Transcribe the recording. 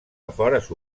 afores